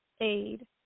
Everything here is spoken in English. Aid